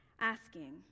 asking